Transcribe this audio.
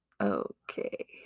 Okay